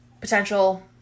potential